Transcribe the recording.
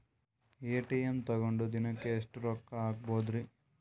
ATM ತಗೊಂಡ್ ದಿನಕ್ಕೆ ಎಷ್ಟ್ ರೊಕ್ಕ ಹಾಕ್ಬೊದ್ರಿ?